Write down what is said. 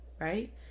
right